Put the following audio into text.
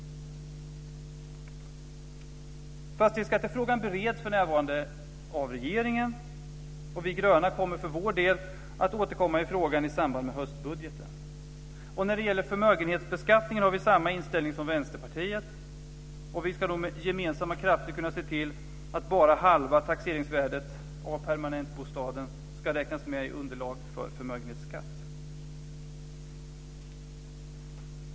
Fastighetsskattefrågan bereds för närvarande av regeringen, och vi gröna kommer för vår del att återkomma i frågan i samband med höstbudgeten. När det gäller förmögenhetsbeskattningen har vi samma inställning som Vänsterpartiet. Och vi ska med gemensamma krafter kunna se till att bara halva taxeringsvärdet på permanentbostaden ska räknas med i underlag för förmögenhetsskatt.